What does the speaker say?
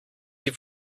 sie